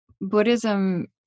Buddhism